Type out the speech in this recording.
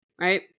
Right